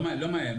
לא מאיים.